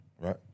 right